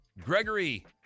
Gregory